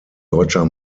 deutscher